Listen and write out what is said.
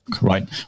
Right